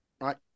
right